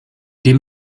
dem